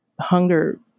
hunger